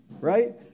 Right